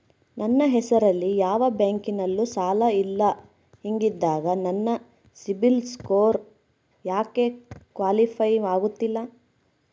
ನನ್ನ ಹೆಸರಲ್ಲಿ ಯಾವ ಬ್ಯಾಂಕಿನಲ್ಲೂ ಸಾಲ ಇಲ್ಲ ಹಿಂಗಿದ್ದಾಗ ನನ್ನ ಸಿಬಿಲ್ ಸ್ಕೋರ್ ಯಾಕೆ ಕ್ವಾಲಿಫೈ ಆಗುತ್ತಿಲ್ಲ?